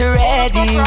ready